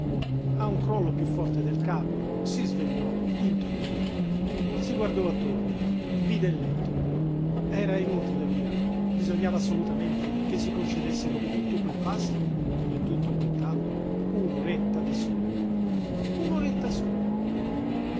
a un crollo piú forte del capo si svegliò intontito si guardò attorno vide il letto era inutile via bisognava assolutamente che si concedesse dopo tutto quel pasto con tutto quel caldo un'oretta di sonno un'oretta sola